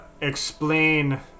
explain